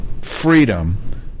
freedom